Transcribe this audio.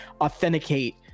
authenticate